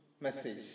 message